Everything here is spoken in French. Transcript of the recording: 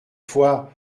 fois